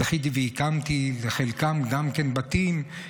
זכיתי והקמתי לחלקם בתים,